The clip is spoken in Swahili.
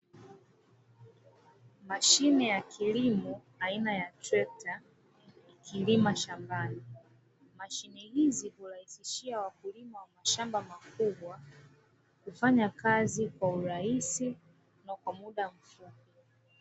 Mashine ya kilimo aina ya trekta, ikilima shambani. Mashine hizi huwarahisishia wakulima wa mashamba makubwa kufanya kazi kwa urahisi na kwa muda mfupi.